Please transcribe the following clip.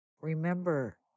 Remember